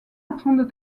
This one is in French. apprend